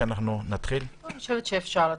אפשר להתחיל.